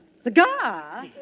Cigar